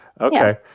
Okay